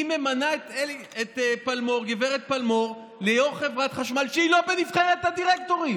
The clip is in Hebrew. היא ממנה את גב' פלמור ליו"ר חברת החשמל כשהיא לא בנבחרת הדירקטורים.